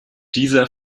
dieser